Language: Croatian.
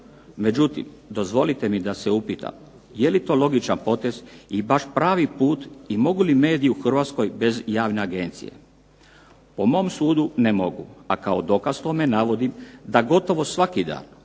Međutim, dozvolite mi da se upitam je li to logičan potez i baš pravi put i mogu li mediji u Hrvatskoj bez javne agencije. Po mom sudu ne mogu, a kao dokaz tome navodim da gotovo svaki dan